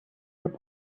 your